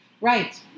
Right